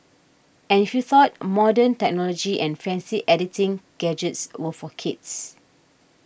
and if you thought modern technology and fancy editing gadgets were for kids